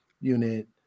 unit